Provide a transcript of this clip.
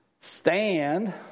Stand